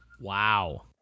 Wow